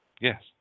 Yes